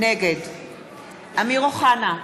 נגד אמיר אוחנה,